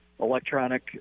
electronic